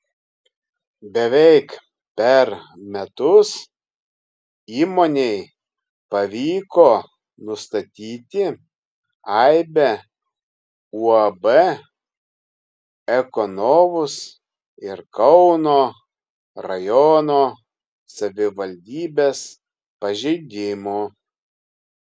beveik per metus įmonei pavyko nustatyti aibę uab ekonovus ir kauno rajono savivaldybės pažeidimų